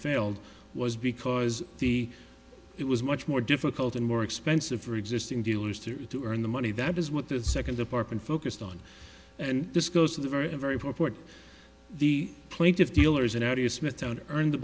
failed was because the it was much more difficult and more expensive for existing dealers to earn the money that is what the second department focused on and this goes to the very very poor what the plaintiffs dealers and how do you smithtown earn